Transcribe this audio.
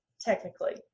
technically